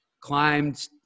climbed